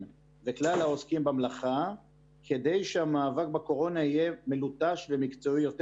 וכלל העוסקים במלאכה כדי שהמאבק בקורונה יהיה מלוטש ומקצועי יותר.